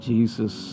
Jesus